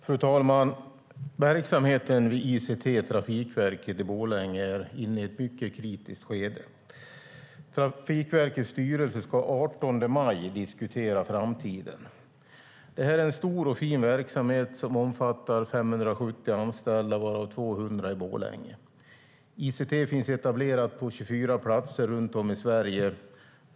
Fru talman! Verksamheten vid Trafikverket ICT i Borlänge är inne i ett mycket kritiskt skede. Trafikverkets styrelse ska den 18 maj diskutera framtiden. Det här är en stor och fin verksamhet som omfattar 570 anställda varav 200 i Borlänge. ICT finns etablerat på 24 platser runt om i Sverige.